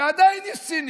ועדיין יש ציניות.